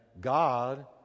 god